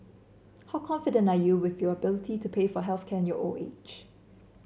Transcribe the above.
how confident are you with your ability to pay for health care in your old age